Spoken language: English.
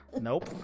Nope